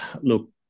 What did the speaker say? Look